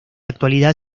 actualidad